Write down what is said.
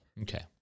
Okay